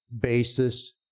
basis